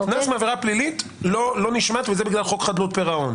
קנס מעבירה פלילית לא נשמט וזה בגלל חוק חדלות פירעון.